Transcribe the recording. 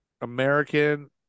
American